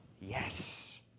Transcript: Yes